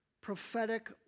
prophetic